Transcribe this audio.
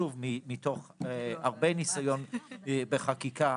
שוב מתוך הרבה ניסיון בחקיקה,